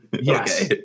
Yes